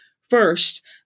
first